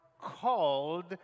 called